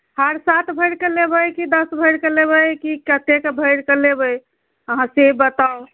हार सात भरिके लेबै कि दस भरिके लेबै कि कतेक भरिके लेबै अहाँ से बताउ